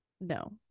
no